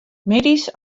middeis